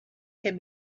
can